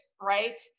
right